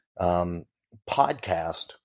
podcast